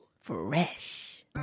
fresh